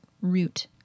root